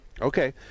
Okay